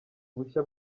bushya